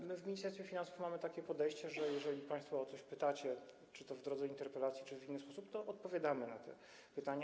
Mamy w Ministerstwie Finansów takie podejście, że jeżeli państwo o coś pytacie czy to w drodze interpelacji, czy w inny sposób, to odpowiadamy na te pytania.